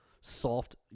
soft